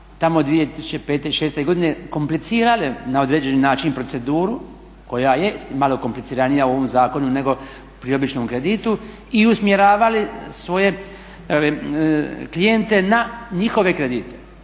tamo 2005. i 2006. godine komplicirale na određeni način proceduru koja jest malo kompliciranija u ovom zakonu nego pri običnom kreditu i usmjeravale svoje klijente na njihove kredite.